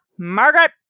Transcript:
Margaret